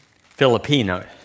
Filipino